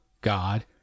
God